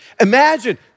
Imagine